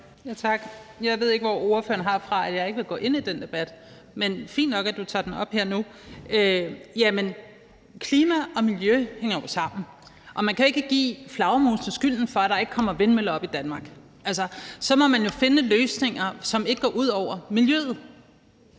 Tak. Jeg ved ikke, hvor ordføreren har fra, at jeg ikke vil gå ind i den debat, men fint nok, at du tager den op her nu. Jamen klima og miljø hænger jo sammen, og man kan ikke give flagermusene skylden for, at der ikke kommer vindmøller op i Danmark. Altså, så må man finde løsninger, som ikke går ud over miljøet,